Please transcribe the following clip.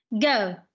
go